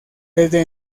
desde